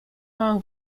mam